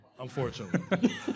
unfortunately